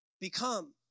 become